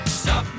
stop